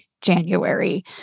January